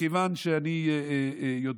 מכיוון שאני יודע